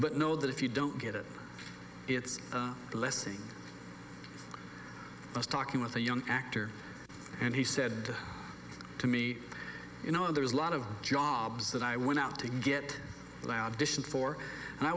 but know that if you don't get it it's a blessing i was talking with a young actor and he said to me you know there is a lot of jobs that i went out to get for and i